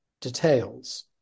details